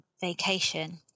vacation